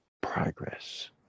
progress